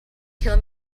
kill